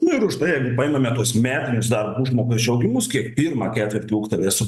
nu ir už tai jeigu paimame tuos metinius darbo užmokesčio augimus kiek pirmą ketvirtį ūgtelės